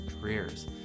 careers